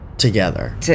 Together